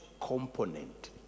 component